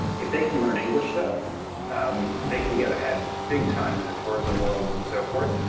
if they can learn english though um they can get ahead big time in the tourism worlds and so forth.